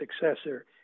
successor